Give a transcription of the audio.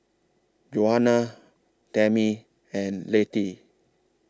Juana Tammie and Lettie